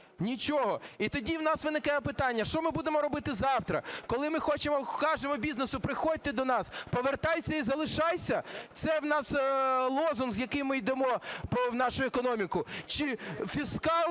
нічого. І тоді у нас виникає питання, що ми будемо робити завтра, коли ми кажемо бізнесу: приходьте до нас. "Повертайся і залишайся" – це у нас лозунг, з яким ми йдемо в нашу економіку.